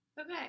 Okay